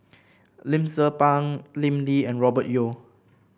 Lim Tze Peng Lim Lee and Robert Yeo